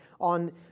on